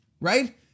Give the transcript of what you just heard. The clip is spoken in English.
right